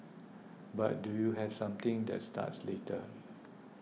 but do you have something that starts later